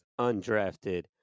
undrafted